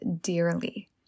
dearly